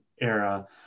era